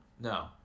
No